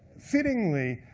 fittingly,